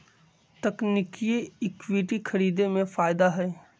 तकनिकिये इक्विटी खरीदे में फायदा हए